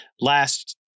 last